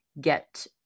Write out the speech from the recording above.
get